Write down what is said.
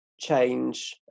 change